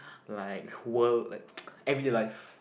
like world like everyday life